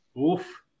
Oof